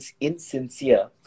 insincere